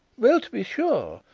well, to be sure!